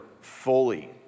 fully